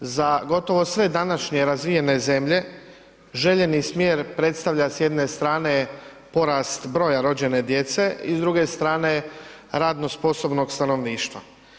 Za gotovo sve današnje razvijene zemlje željeni smjer predstavlja s jedne strane porast broja rođene djece i s druge strane radno sposobnog stanovništva.